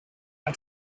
and